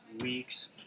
weeks